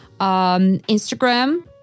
Instagram